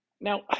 Now